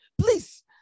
Please